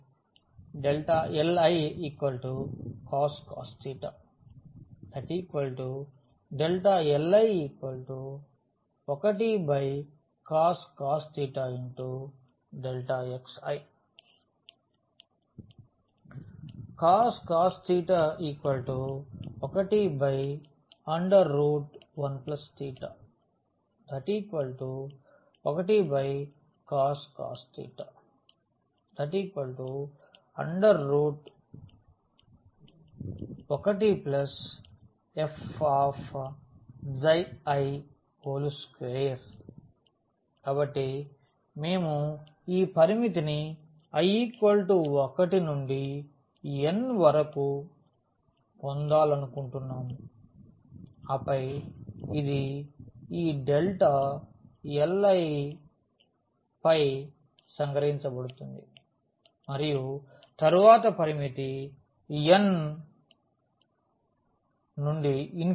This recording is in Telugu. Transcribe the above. xilicos ⟹Δli1cos xi cos 11 ⟹1కాస్ 1 fi2 కాబట్టి మేము ఈ పరిమితిని i 1 నుండి n వరకు పొందాలనుకుంటున్నాను ఆపై ఇది ఈ డెల్టా li పై సంగ్రహించ బడుతుంది మరియు తరువాత పరిమితి n